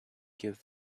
give